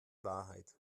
wahrheit